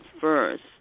first